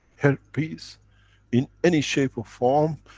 herpes in any shape or form,